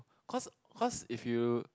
cause cause if you